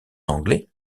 anglais